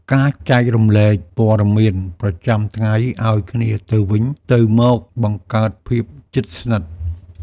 ការចែករំលែកព័ត៌មានប្រចាំថ្ងៃឲ្យគ្នាទៅវិញទៅមកបង្កើតភាពជិតស្និទ្ធ។